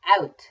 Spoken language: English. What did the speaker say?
out